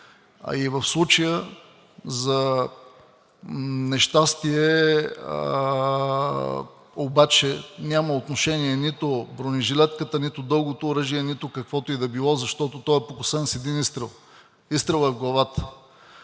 И в случая, за нещастие, няма отношение нито бронежилетката, нито дългото оръжие, нито каквото и да било, защото той е покосен с един изстрел. Изстрелът е в главата.